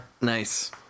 Nice